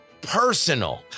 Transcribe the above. personal